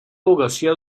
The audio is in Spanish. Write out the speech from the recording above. abogacía